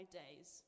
days